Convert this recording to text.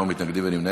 נמנע?